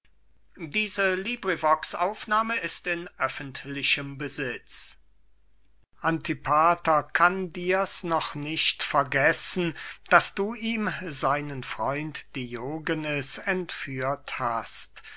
xvii aristipp an learchus antipater kann dirs noch nicht vergessen daß du ihm seinen freund diogenes entführt hast